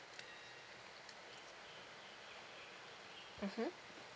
mmhmm